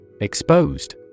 Exposed